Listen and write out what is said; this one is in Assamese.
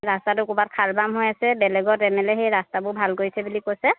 ৰাস্তাটো ক'ৰবাত খাৰ বাম হৈ আছে বেলেগত এম এল এ সেই ৰাস্তাবোৰ ভাল কৰিছে বুলি কৈছে